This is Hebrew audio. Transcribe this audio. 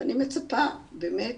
ואני מצפה באמת,